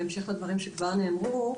בהמשך לדברים שכבר נאמרו.